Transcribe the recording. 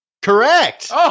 Correct